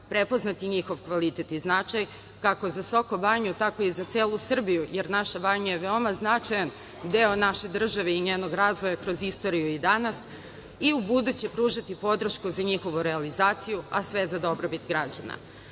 prepoznati njihov kvalitet i značaj, kako za Sokobanju, tako i za celu Srbiju, jer je naša banja veoma značaj deo naše države i njenog razvoja kroz istoriju i danas i ubuduće pružati podršku za njihovu realizaciju, a sve za dobrobit građana. Dakle,